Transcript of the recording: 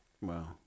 Wow